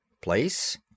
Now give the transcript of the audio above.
Place